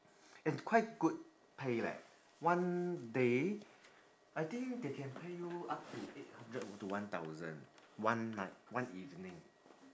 and quite good pay leh one day I think they can pay you up to eight hundred to one thousand one night one evening